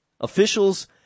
officials